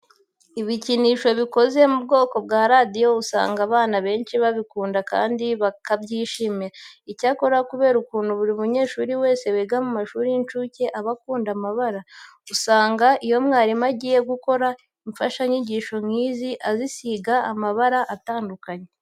Ibikinisho bikoze mu bwoko bwa radiyo usanga abana benshi babikunda kandi bakabyishimira. Icyakora kubera ukuntu buri munyeshuri wese wiga mu mashuri y'incuke aba akunda amabara, usanga iyo mwarimu agiye gukora imfashanyigisho nk'izi azisiga amabara atandukanye.